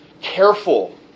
careful